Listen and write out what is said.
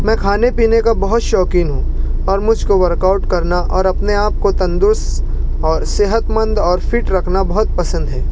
میں کھانے پینے کا بہت شوقین ہوں اور مجھ کو ورک آؤٹ کرنا اور اپنے آپ کو تندرست اور صحت مند اور فٹ رکھنا بہت پسند ہے